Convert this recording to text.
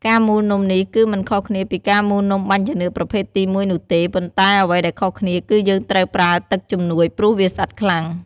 ការមូលនំនេះគឺមិនខុសគ្នាពីការមូលនាំបាញ់ចានឿកប្រភេទទីមួយនោះទេ ប៉ុន្តែអ្វីដែលខុសគ្នាគឺយើងត្រូវប្រើទឹកជំនួយ ព្រោះវាស្អិតខ្លាំង។